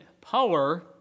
power